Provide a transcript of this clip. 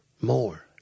more